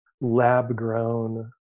lab-grown